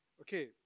Okay